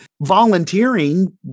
volunteering